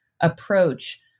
approach